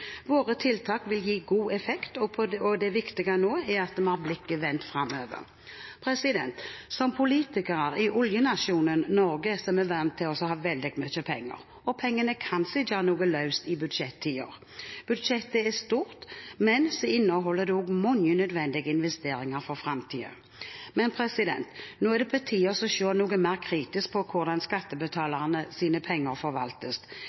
Våre tiltak vil gi god effekt, og det viktige nå er at vi har blikket vendt framover. Som politikere i oljenasjonen Norge er vi vant til å ha veldig mye penger, og pengene kan sitte noe løst i budsjettider. Budsjettet er stort, men det inneholder mange nødvendige investeringer for framtiden. Men nå er det på tide å se noe mer kritisk på hvordan skattebetalernes penger forvaltes.